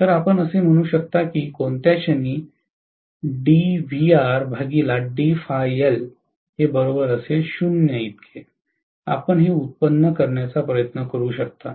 तर आपण असे म्हणू शकता की कोणत्या क्षणी आपण हे व्युत्पन्न करण्याचा प्रयत्न करू शकता